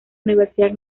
universidad